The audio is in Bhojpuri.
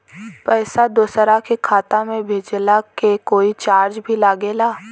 पैसा दोसरा के खाता मे भेजला के कोई चार्ज भी लागेला?